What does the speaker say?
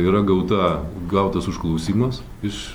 yra gauta gautas užklausimas iš